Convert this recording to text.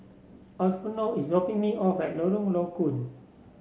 Arnulfo is dropping me off at Lorong Low Koon